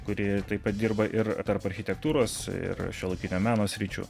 kuri taip pat dirba ir tarp architektūros ir šiuolaikinio meno sričių